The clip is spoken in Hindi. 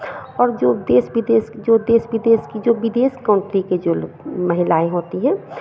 और जो देश विदेश जो देश विदेश जो विदेश कंट्री की जो लो महिलाएँ होती हैं